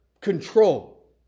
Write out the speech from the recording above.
control